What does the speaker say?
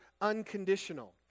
unconditional